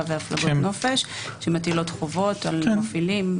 והפלגת נופש שמטילות חובות על מפעילים,